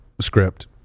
script